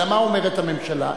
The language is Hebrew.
אלא מה אומרת הממשלה?